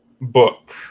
book